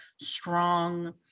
strong